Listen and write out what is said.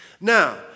Now